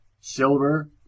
silver